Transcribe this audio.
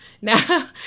Now